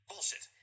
Bullshit